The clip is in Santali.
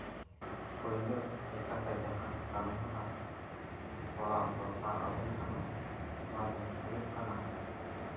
ᱯᱟᱹᱭᱞᱟᱹ ᱞᱮᱠᱟᱛᱮ ᱡᱟᱦᱟᱸ ᱠᱟᱹᱢᱤᱦᱚᱨᱟ ᱠᱚᱨᱟᱣ ᱫᱚᱨᱠᱟᱨ ᱟᱵᱚᱱ ᱠᱟᱱᱟ ᱱᱚᱣᱟ ᱫᱚ ᱦᱩᱭᱩᱜ ᱠᱟᱱᱟ